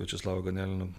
viačeslavu ganelinu